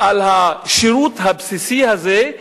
על השירות הבסיסי הזה,